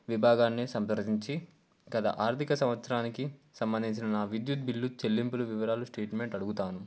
విభాగాన్ని సంప్రదించి గత ఆర్థిక సంవత్సరానికి సంబంధించిన నా విద్యుత్ బిల్లు చెల్లింపులు వివరాలు స్టేట్మెంట్ అడుగుతాను